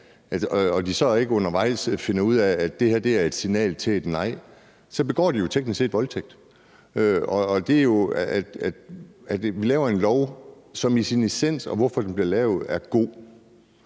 og de så ikke undervejs finder ud af, at det her er et signal til et nej, så begår de jo teknisk set voldtægt? Vi laver en lov, som i sin essens er god, og grunden til, at den bliver lavet, er god.